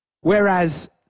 Whereas